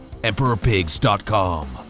EmperorPigs.com